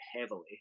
heavily